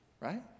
right